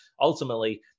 ultimately